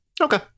Okay